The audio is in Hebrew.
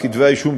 כתבי-האישום,